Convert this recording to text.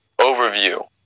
overview